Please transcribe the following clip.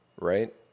right